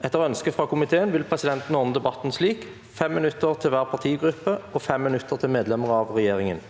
og konstitusjonskomiteen vil presidenten ordne debatten slik: 5 minutter til hver partigruppe og 5 minutter til medlemmer av regjeringen.